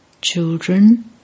Children